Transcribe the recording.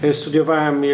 studiowałem